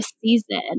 season